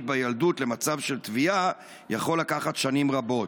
בילדות למצב של תביעה יכול לקחת שנים רבות.